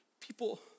People